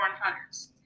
hunters